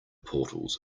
portals